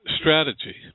strategy